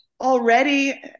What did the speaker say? already